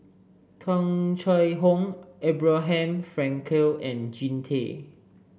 Tung Chye Hong Abraham Frankel and Jean Tay